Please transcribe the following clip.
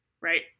Right